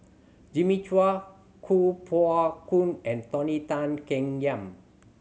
Jimmy Chua Kuo Pao Kun and Tony Tan Keng Yam